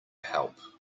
help